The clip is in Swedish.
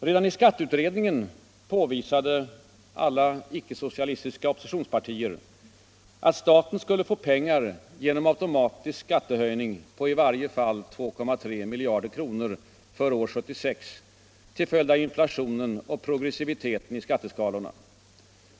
Redan i skatteutredningen påvisade samtliga icke-socialistiska oppositionspartier, att staten skulle få automatiska skatteinkomster på i varje fall 2,3 miljarder kronor år 1976 till följd av inflationen och progressiviteten i skatteskalorna.